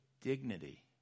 dignity